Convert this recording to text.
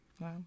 Wow